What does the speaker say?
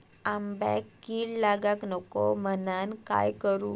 आंब्यक कीड लागाक नको म्हनान काय करू?